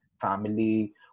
family